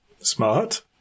smart